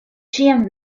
ĉiam